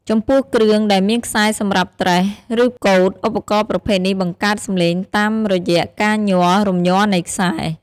ចំពោះគ្រឿងដែលមានខ្សែសម្រាប់ត្រេះ ឬកូត ឧបករណ៍ប្រភេទនេះបង្កើតសំឡេងតាមរយៈការញ័ររំញ័រនៃខ្សែ។